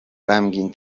غمگین